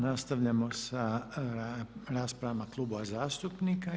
Nastavljamo sa raspravom klubova zastupnika.